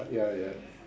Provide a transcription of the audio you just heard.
ya ya